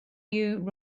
new